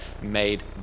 made